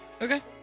okay